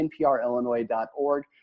nprillinois.org